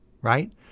right